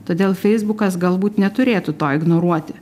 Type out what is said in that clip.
todėl feisbukas galbūt neturėtų to ignoruoti